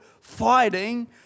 fighting